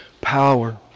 power